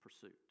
pursuit